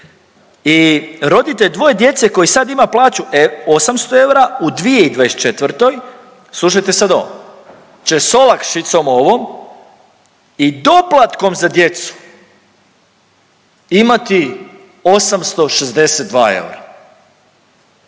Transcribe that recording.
i roditelj dvoje djece koji sad ima plaću 800 eura u 2024., slušajte sad ovo će s olakšicom ovom i doplatkom za djecu imati 862 eura.